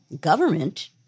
government